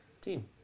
Team